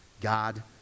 God